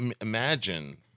imagine